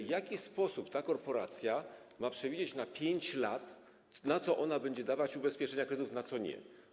W jaki sposób ta korporacja może przewidzieć na 5 lat, na co będzie wydawać ubezpieczenia kredytów, a na co nie?